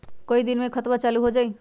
कई दिन मे खतबा चालु हो जाई?